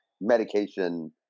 medication